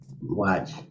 watch